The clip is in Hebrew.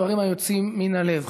דברים היוצאים מן הלב.